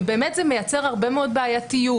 ובאמת זה מייצר הרבה מאוד בעייתיות,